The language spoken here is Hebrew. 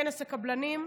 כנס הקבלנים,